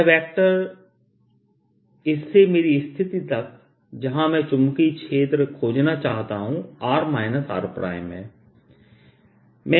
वह वेक्टर इस से मेरी स्थिति तक जहां मैं चुंबकीय क्षेत्र खोजना चाहता हूं r r है